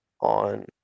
on